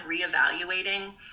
reevaluating